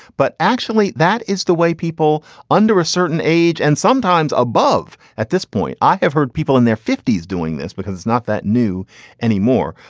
but actually, that is the way people under a certain age and sometimes above at this point. i have heard people in their fifty s doing this because it's not that new anymore.